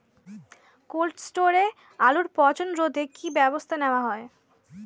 Cold স্টোরে আলুর পচন রোধে কি ব্যবস্থা নেওয়া হয়?